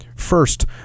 first